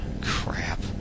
crap